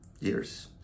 years